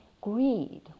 Greed